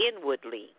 inwardly